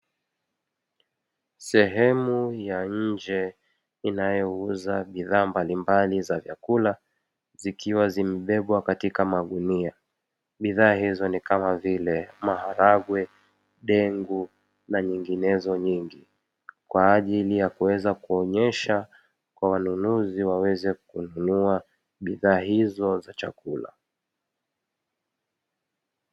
Sehemu ya nje inayouza bidhaa mbalimbali za vyakula zikiwa zimebebwa katika magunia, bidhaa hizo ni kama vile maharagwe, dengu na nyinginezo nyingi kwa ajili ya kuweza kuonyesha kwa wanunuzi waweze kununua bidhaa hizo za chakula.